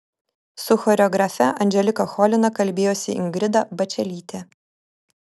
su choreografe anželika cholina kalbėjosi ingrida bačelytė